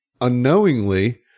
unknowingly